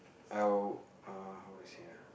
I'll err how to say ah